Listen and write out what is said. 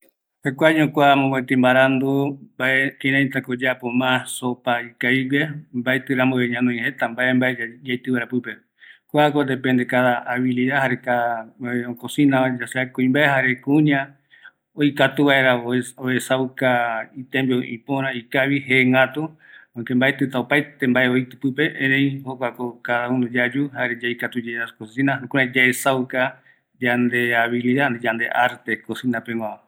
﻿Jekuaeño Kua mopeti mbaradu, mbae kiraitako oyapo ma sopa ikavigue mbaetirambueve jeta mbae mbae ya yaiti vaera pipe, kuako depende cada habilidad jare cada ocosinava ya sea kuimbae jare kuña oikatu vaera oe oesauka itembiu ipöra, ikavi, jegätu porque mbaetita opaete mbae oiti pipe, erei jokuako cada uno yayu jare yaikatuyae ñacosina jukurai yaesauka yande habilidad ani yande arte cosina peëguava